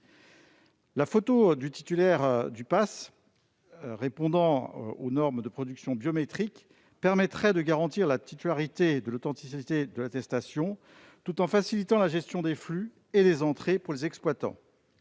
La photo du titulaire du passe, répondant aux normes de production biométriques, permettrait de garantir l'authenticité de l'attestation, tout en facilitant la gestion des flux et des entrées pour les exploitants.